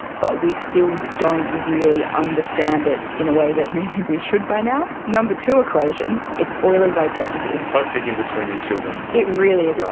but we still don't really understand it in a way that maybe we should by now. number two equation, it's euler's identity. it's like picking between your children. it really is,